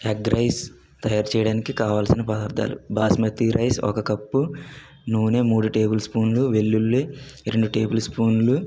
egg rice తయారు చేయడానికి కావలసిన పదార్థాలు బాస్మతి రైస్ ఒక కప్పు నూనె మూడు టేబుల్ స్పూన్లు వెల్లుల్లి రెండు టేబుల్ స్పూన్లు